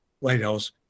lighthouse